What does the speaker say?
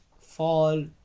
fall